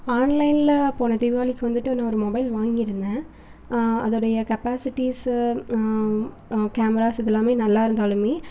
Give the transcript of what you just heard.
ஆன்லைனில் போன தீபாவளிக்கு வந்துட்டு நான் ஒரு மொபைல் வாங்கி இருந்தேன் அதோடைய கெப்பாசிட்டிஸு கேமராஸ் இதெலாமே நல்லா இருந்தாலுமே